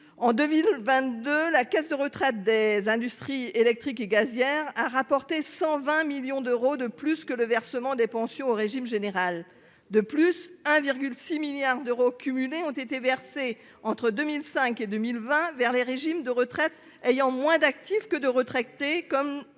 En 2022, la caisse de retraite des industries électriques et gazières a rapporté 120 millions d'euros de plus que le versement des pensions au régime général. De plus, 1,6 milliard d'euros ont été versés au total entre 2005 et 2020 vers les régimes de retraite ayant moins d'actifs que de retraités, comme